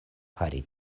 fari